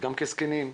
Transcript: וגם כזקנים,